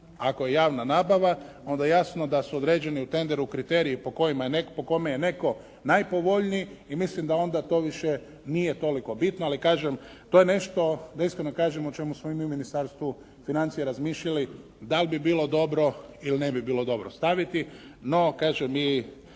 ako je javna nabava onda jasno da su određeni u tenderu kriteriji po kojima je netko, po kome je netko najpovoljniji i mislim da onda to više nije toliko bitno ali kažem to je nešto da iskreno kažem o čemu smo i mi u Ministarstvu financija razmišljali da li bi bilo dobro ili ne bi bilo dobro staviti? No kažem i